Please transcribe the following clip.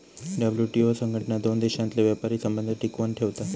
WTO संघटना दोन देशांतले व्यापारी संबंध टिकवन ठेवता